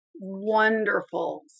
wonderful